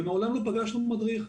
ומעולם לא פגשנו מדריך.